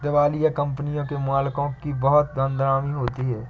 दिवालिया कंपनियों के मालिकों की बहुत बदनामी होती है